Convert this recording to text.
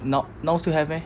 now now still have meh